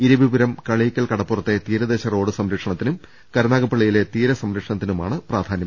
ഇരവിപുരം കളീയ്ക്കൽ കടപ്പുറത്തെ തീരദേശ റോഡ് സംരക്ഷണത്തിനും കരുനാഗപ്പള്ളിയിലെ തീരസംര ക്ഷണത്തിനുമാണ് പ്രാധാന്യം